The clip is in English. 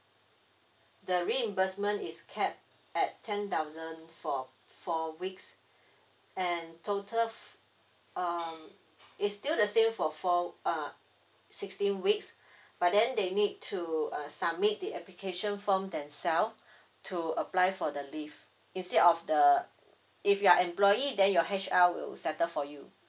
the reimbursement is cap at ten thousand for four weeks and total f~ um it's still the same for four uh sixteen weeks but then they need to uh submit the application form themselves to apply for the leave instead of the if you are employee then your H_R will settle for you